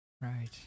right